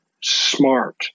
smart